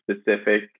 specific